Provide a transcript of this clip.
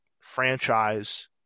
franchise